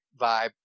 vibe